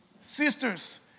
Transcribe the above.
Sisters